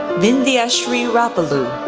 vindhyasree rapolu,